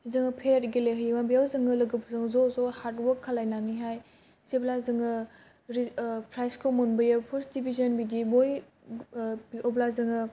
जोङो पेरेट गेलेहैयोमोन बेवहाय जोङो लोगोफोरजों ज' ज' हारदवार्क खालायनानै हाय जेब्ला जोङो प्राइस खौ मोनबोयो पार्सट दिभिसोन बिदि बय अब्ला जोङो